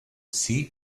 see